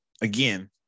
again